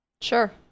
sure